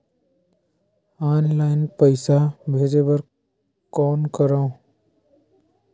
Online पईसा भेजे बर कौन करव?